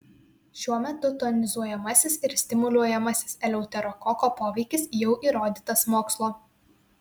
šiuo metu tonizuojamasis ir stimuliuojamasis eleuterokoko poveikis jau įrodytas mokslo